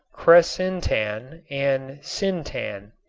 cresyntan and syntan.